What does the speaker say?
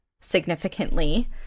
significantly